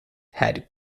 had